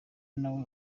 nawe